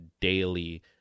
daily